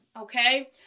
Okay